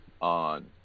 on